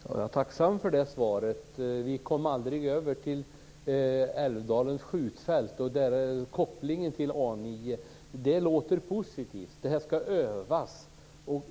Herr talman! Jag är tacksam för det svaret. Vi kom aldrig över till Älvdalens skjutfält och kopplingen till A9. Det låter positivt. Det här ska övas.